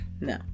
No